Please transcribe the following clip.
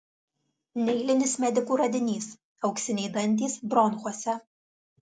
neeilinis medikų radinys auksiniai dantys bronchuose